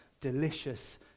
delicious